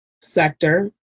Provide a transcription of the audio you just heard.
sector